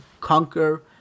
conquer